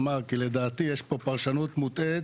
כי לדעתי יש פה פרשנות מוטעית.